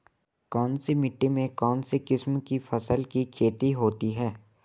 कौनसी मिट्टी में कौनसी किस्म की फसल की खेती होती है?